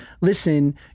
listen